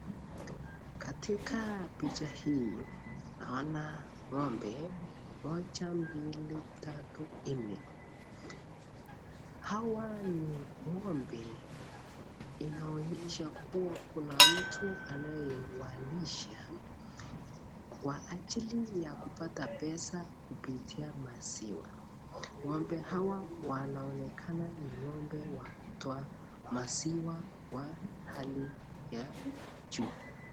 Katika picha hii naona ngombe moja, mbili, tatu, nne. Hawa ni ngombe inaonyesha kuwa kuna mtu anayewalisha kwa ajili ya kupata pesa kupitia maziwa, ng'ombe hawa wanaonekana ni ng'ombe wa kutoa maziwa wa hali ya juu.